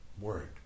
word